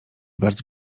bardzo